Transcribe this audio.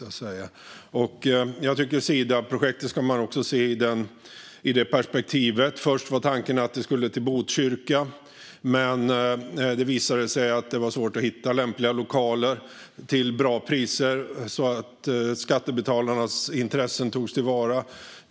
Jag tycker att man ska se Sida-projektet i det perspektivet. Först var tanken att Sida skulle till Botkyrka, men det visade sig att det var svårt att hitta lämpliga lokaler till bra priser så att skattebetalarnas intressen togs till vara.